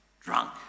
drunk